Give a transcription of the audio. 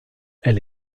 elle